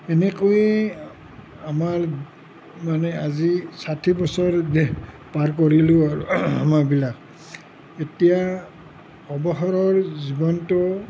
এনেকৈয়ে আমাৰ মানে আাজি ছাঠি বছৰলৈকে পাৰ কৰিলো আৰু আমিবিলাক এতিয়া অৱসৰৰ জীৱনটো